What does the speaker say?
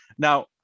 now